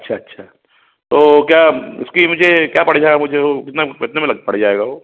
अच्छा अच्छा तो क्या उसकी मुझे क्या पड़ जाएगा मुझे वो कितना कितने में लग पड़ जाएगा वो